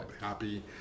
happy